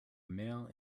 male